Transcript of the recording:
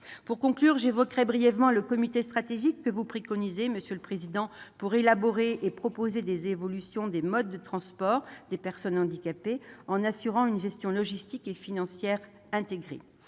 Pour conclure, j'évoquerai brièvement le comité stratégique que vous préconisez, monsieur le président de la commission, pour élaborer et proposer des évolutions des modes de transport des personnes handicapées en assurant une gestion logistique et financière intégrée.